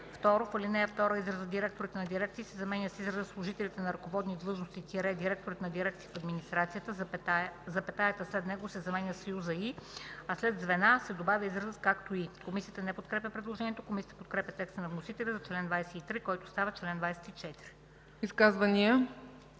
В ал. 2 изразът „директорите на дирекции” се заменя с израза „служителите на ръководни длъжности – директорите на дирекции в администрацията”, запетаята след него се заменя със съюза „и”, а след „звена,” се добавя изразът „както и”.” Комисията не подкрепя предложението. Комисията подкрепя текста на вносителя за чл. 23, който става чл. 24. ПРЕДСЕДАТЕЛ